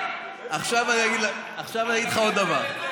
עכשיו אני אגיד לך עוד דבר, יואב,